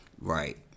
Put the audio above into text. Right